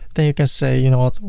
then you can say you know what,